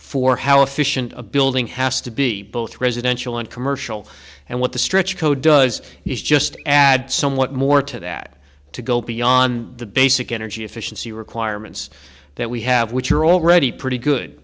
for how efficient a building has to be both residential and commercial and what the stretch code does is just add somewhat more to that to go beyond the basic energy efficiency requirements that we have which are already pretty good